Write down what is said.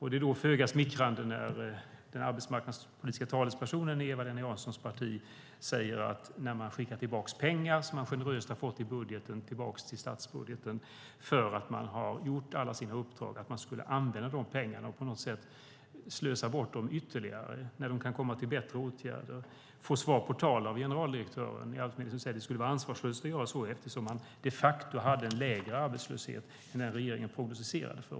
Det är därför föga smickrande när den arbetsmarknadspolitiska talespersonen i Eva-Lena Janssons parti säger att de pengar som man generöst har fått i budgeten och som skickas tillbaka till statsbudgeten för att man har gjort alla sina uppdrag i stället skulle användas, att man på något sätt skulle slösa bort dem ytterligare när de kan komma till bättre åtgärder, och får svar på tal av generaldirektören vid Arbetsförmedlingen som säger att det skulle vara ansvarslöst att göra så, eftersom man de facto hade en lägre arbetslöshet än när regeringen prognostiserade.